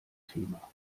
thema